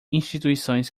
instituições